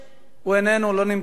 הוא איננו, לא נמצא.